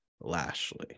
Lashley